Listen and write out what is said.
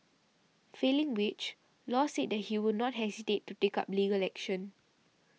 failing which Law said that he would not hesitate to take up legal action